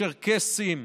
צ'רקסים,